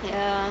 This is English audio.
ya